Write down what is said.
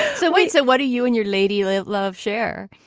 so wait, so what are you and your lady love? share